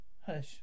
hush